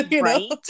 Right